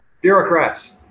bureaucrats